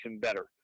better